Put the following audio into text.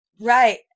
Right